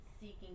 seeking